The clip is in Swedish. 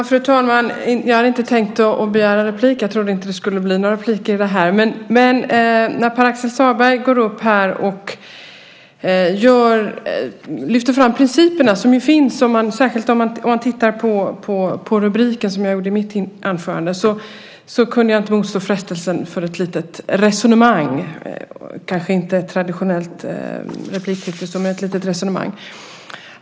Fru talman! Jag hade inte tänkt begära replik. Jag trodde inte att det skulle bli några repliker. Men Pär Axel Sahlberg gick upp och lyfte fram principerna, som ju finns, särskilt om man tittar på rubriken, som jag gjorde i mitt anförande. Då kunde jag inte motstå frestelsen att föra ett litet resonemang. Det är kanske inte ett traditionellt replikskifte men ett litet resonemang.